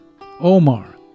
Omar